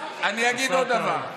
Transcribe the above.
אני אגיד עוד דבר.